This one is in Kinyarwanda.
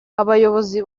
abayobozi